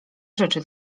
rzeczy